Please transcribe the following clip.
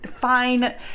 fine